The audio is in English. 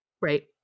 Right